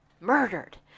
murdered